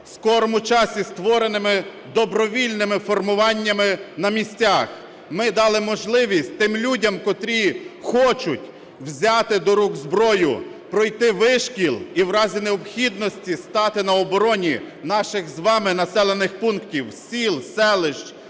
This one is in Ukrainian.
в скорому часі створеними добровільними формуваннями на місцях. Ми дали можливість тим людям, котрі хочу взяти до рук зброю, пройти вишкіл і в разі необхідності стати на обороні наших з вами населених пунктів – сіл, селищ,